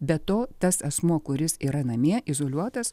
be to tas asmuo kuris yra namie izoliuotas